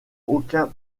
aucun